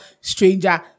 stranger